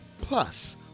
plus